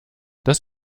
das